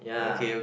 ya